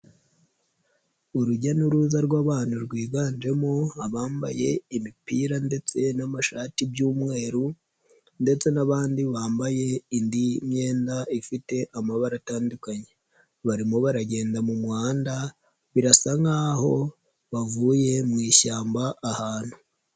Urujya n'uruza rw'abantu rwiganjemo abambaye imipira ndetse n'amashati by'umweru ndetse n'abandi bambaye indi myenda ifite amabara atandukanye, barimo baragenda mu muhanda birasa nkaho bavuye mu ishyamba ahantu.